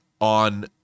on